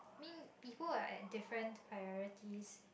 mean people are at different priorities